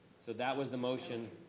so that was the motion.